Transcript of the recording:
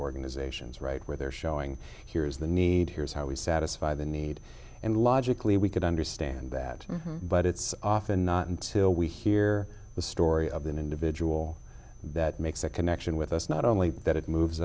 organizations right where they're showing here is the need here's how we satisfy the need and logically we could understand that but it's often not until we hear the story of the individual that makes a connection with us not only that it moves